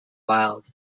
wilde